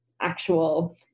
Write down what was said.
actual